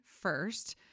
first